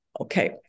Okay